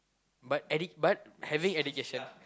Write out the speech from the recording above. but edu~ but having education